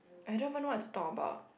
I don't even know what to talk about